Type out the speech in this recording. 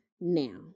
Now